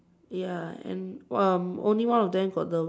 ya and um only one of them got the